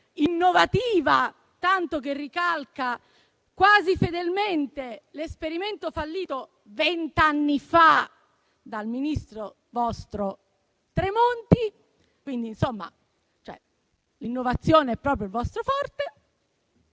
innovativa tanto che ricalca quasi fedelmente l'esperimento fallito vent'anni fa dal vostro ministro Tremonti (quindi, insomma, l'innovazione è proprio il vostro forte);